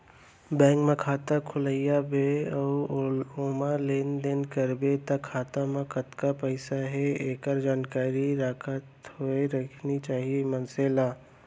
bank म खाता खोलवा बे अउ ओमा लेन देन करबे त खाता म कतका पइसा हे एकर जानकारी राखत होय रहिना चाही मनसे ल